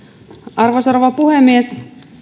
arvoisa rouva puhemies